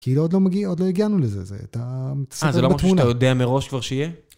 כאילו עוד לא הגענו לזה, אתה מצטער בתמונה. אה, זה לא משהו שאתה יודע מראש כבר שיהיה?